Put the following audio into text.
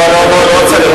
לא, לא צריך.